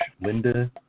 Linda